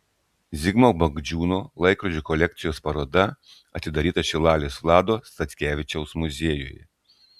zigmo bagdžiūno laikrodžių kolekcijos paroda atidaryta šilalės vlado statkevičiaus muziejuje